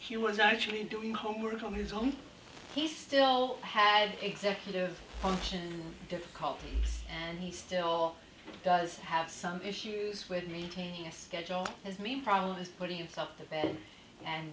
humor is actually doing homework on his own he still has executive function difficulties and he still does have some issues with me taking a schedule as many problems putting stuff to bed and